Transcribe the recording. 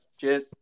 cheers